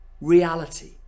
reality